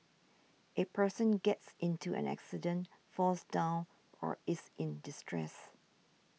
a person gets into an accident falls down or is in distress